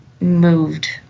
moved